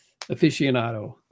aficionado